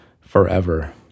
forever